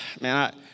man